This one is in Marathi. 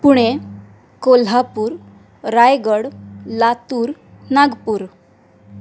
पुणे कोल्हापूर रायगड लातूर नागपूर